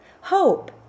Hope